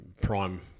prime